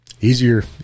Easier